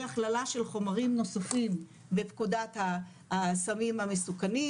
הכללה של חומרים נוספים בפקודת הסמים המסוכנים,